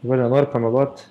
dabar nenoriu pameluot